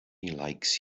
likes